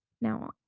now